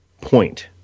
point